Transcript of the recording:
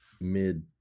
mid